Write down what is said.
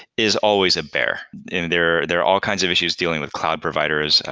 is always a bear. there there are all kinds of issues dealing with cloud providers.